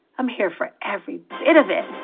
i'm here for every bit of it.